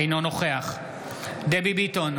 אינו נוכח דבי ביטון,